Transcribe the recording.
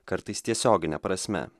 kartais tiesiogine prasme